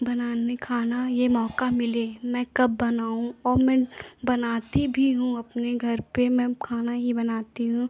बनाने खाना यह मौका मिले मैं कब बनाऊँ और मैं बनाती भी हूँ अपने घर पर मैं खाना ही बनाती हूँ